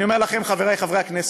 אני אומר לכם, חברי הכנסת,